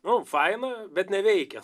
nu faina bet neveikia